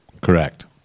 Correct